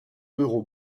euro